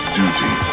duty